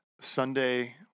sunday